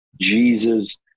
Jesus